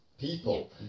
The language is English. people